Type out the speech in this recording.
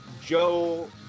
Joe